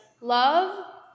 love